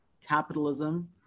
capitalism